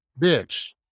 bitch